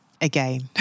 Again